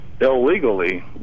illegally